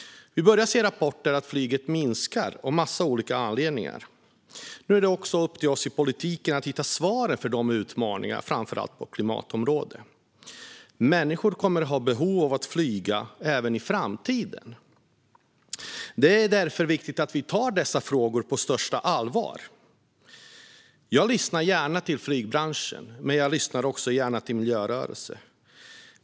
Vi börjar se rapporter om att flyget minskar av en massa olika anledningar. Nu är det också upp till oss i politiken att hitta svaren på utmaningarna, framför allt på klimatområdet. Människor kommer att ha behov av att flyga även i framtiden. Det är därför viktigt att vi tar dessa frågor på största allvar. Jag lyssnar gärna till flygbranschen, men jag lyssnar också gärna till miljörörelser.